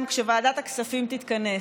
כשוועדת הכספים תתכנס,